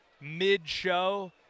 mid-show